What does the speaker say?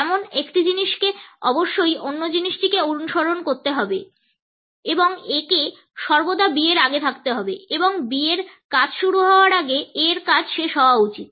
যেমন একটি জিনিসকে অবশ্যই অন্য জিনিসটিকে অনুসরণ করতে হবে এবং A কে সর্বদা B এর আগে থাকতে হবে এবং B এর কাজ শুরু হওয়ার আগে A এর কাজ শেষ হওয়া উচিত